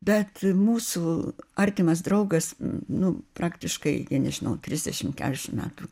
bet mūsų artimas draugas nu praktiškai nė nežinau trisdešim keturiasdešim metų